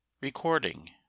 Recording